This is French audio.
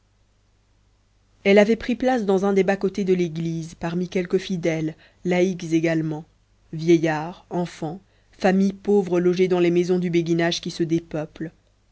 elle avait pris place dans un des bas côtés de l'église parmi quelques fidèles laïcs également vieillards enfants familles pauvres logées dans les maisons du béguinage qui se dépeuple